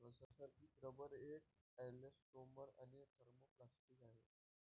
नैसर्गिक रबर एक इलॅस्टोमर आणि थर्मोप्लास्टिक आहे